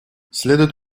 следует